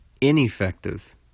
ineffective